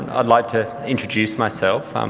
i'd like to introduce myself.